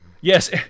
yes